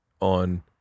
on